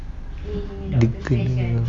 dia kena